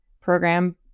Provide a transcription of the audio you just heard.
program